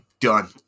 done